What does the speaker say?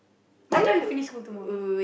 what time we finish school tomorrow